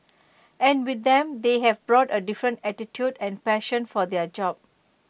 and with them they have brought A different attitude and passion for their job